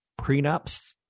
Prenups